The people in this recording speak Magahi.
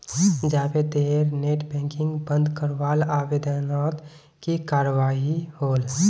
जावेदेर नेट बैंकिंग बंद करवार आवेदनोत की कार्यवाही होल?